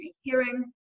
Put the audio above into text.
hearing